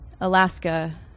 Alaska